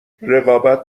رقابت